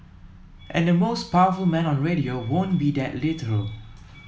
and the most powerful man on radio won't be that literal